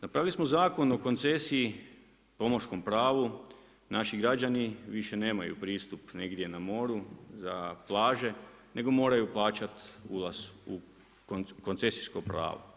Napravili smo Zakon o koncesiji, … pravu, naši građani, više nemaju pristup negdje na moru za plaže, nego moraju plaćati ulaz u koncesijsko pravo.